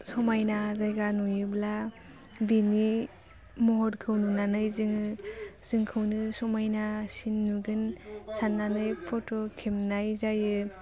समायना जायगा नुयोब्ला बिनि महरखौ नुनानै जोङो जोंखौनो समायनासिन नुगोन सान्नानै फट' खेबनाय जायो